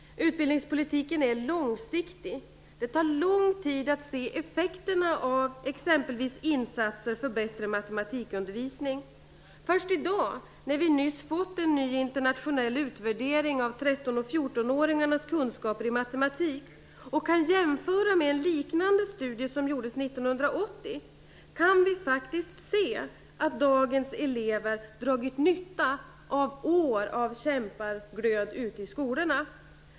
Utbildningspolitiken är långsiktig. Det tar lång tid att se effekterna av exempelvis insatser för bättre matematikundervisning. Först i dag, när vi nyss fått en ny internationell utvärdering av 13 och 14-åringarnas kunskaper i matematik och kan jämföra med en liknande studie som gjordes 1980, kan vi faktiskt se att dagens elever dragit nytta av år av kämparglöd ute i skolorna.